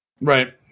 Right